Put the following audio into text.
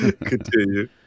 continue